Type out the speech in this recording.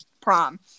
prom